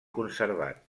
conservat